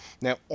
Now